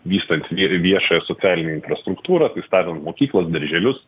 vystant viešą socialinę infrastruktūrą statant mokyklas darželius